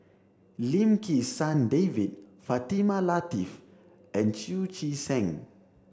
Lim Kim San David Fatimah Lateef and Chu Chee Seng